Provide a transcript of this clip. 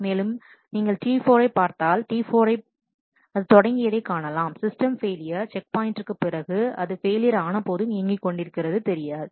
மேலும் நீங்கள் T4 ஐப் பார்த்தால் அது தொடங்கியதைக் காணலாம் சிஸ்டம் ஃபெயிலியர் செக் பாயின்ட்டிங்கிற்கு பிறகு அது ஃபெயிலியர் ஆனபோதும் இயங்கிக் கொண்டிருந்தது நடக்கிறது